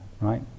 Right